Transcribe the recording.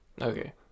okay